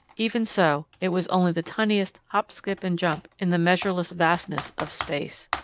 even so, it was only the tiniest hop-skip-and-jump in the measureless vastness of space.